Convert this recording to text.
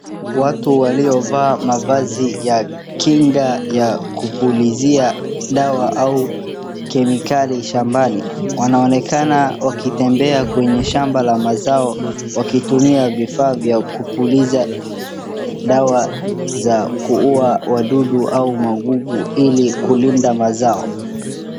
Watu waliovaa mavazi ya kinga ya kupulizia dawa au kemikali shambani wanaonekana wakitembea kwenye shamba la mazao wakitumia vifaa vya kupuliza dawa za kuua wadudu au magugu ili kulinda mazao.